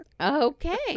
okay